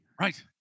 Right